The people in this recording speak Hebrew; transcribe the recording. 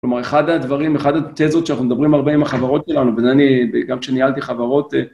כלומר, אחד הדברים, אחת התזות שאנחנו מדברים הרבה עם החברות שלנו, ואני, גם כשניהלתי חברות...